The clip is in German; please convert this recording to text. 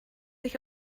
ich